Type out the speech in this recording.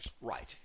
Right